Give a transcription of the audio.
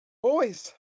Boys